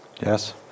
Yes